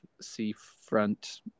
seafront